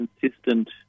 consistent